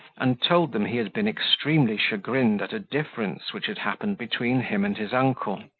and told them he had been extremely chagrined at a difference which had happened between him and his uncle,